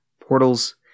Portals